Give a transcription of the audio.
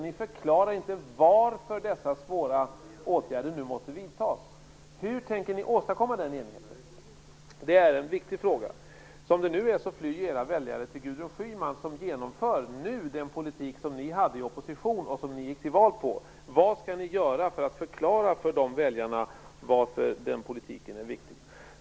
Ni förklarar inte varför dessa svåra åtgärder nu måste vidtas. Hur tänker ni åstadkomma den enigheten? Det är en viktig fråga. Som det nu är flyr ju era väljare till Gudrun Schyman som nu genomför den politik som ni hade i opposition och som ni gick till val på. Vad skall ni göra för att förklara för väljarna varför den politiken är viktig?